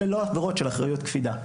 אלה לא עבירות של אחריות קפידה.